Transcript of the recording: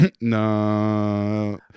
No